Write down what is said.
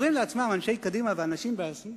אומרים לעצמם אנשי קדימה והשמאל: